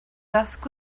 dusk